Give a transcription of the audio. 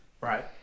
Right